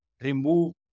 remove